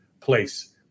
place